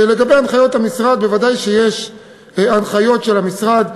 לגבי הנחיות המשרד, ודאי שיש הנחיות של המשרד.